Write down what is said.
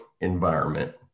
environment